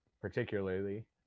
particularly